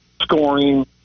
scoring